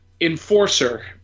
enforcer